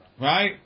Right